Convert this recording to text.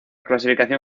clasificación